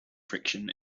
friction